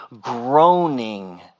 groaning